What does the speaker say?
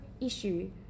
issue